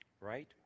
Right